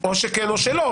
או שכן או שלא.